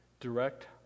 direct